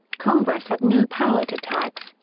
congress had no power to tax,